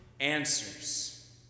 Answers